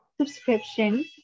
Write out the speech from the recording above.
subscription